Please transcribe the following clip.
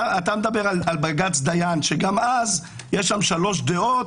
אתה מדבר על בג”ץ דיין וגם שם יש שלוש דעות,